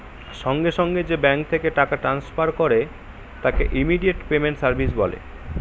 সঙ্গে সঙ্গে যে ব্যাঙ্ক থেকে টাকা ট্রান্সফার করে তাকে ইমিডিয়েট পেমেন্ট সার্ভিস বলে